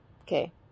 okay